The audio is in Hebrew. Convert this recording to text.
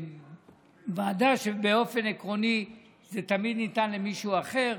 ועדה שבאופן עקרוני תמיד ניתנת למישהו אחר,